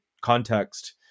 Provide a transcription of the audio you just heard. context